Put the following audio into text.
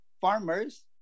farmers